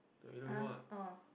uh oh